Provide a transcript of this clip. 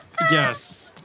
Yes